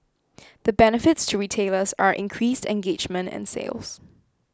the benefits to retailers are increased engagement and sales